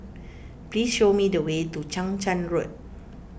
please show me the way to Chang Charn Road